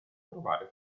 trovare